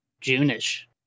June-ish